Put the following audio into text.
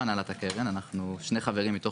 אני חושב שהמשרד להגנת הסביבה יידע לדייק